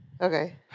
Okay